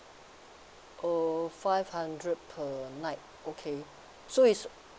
uh five hundred per night okay so is